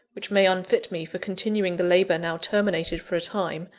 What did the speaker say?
which may unfit me for continuing the labour now terminated for a time,